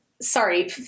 sorry